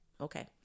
Okay